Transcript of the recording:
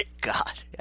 God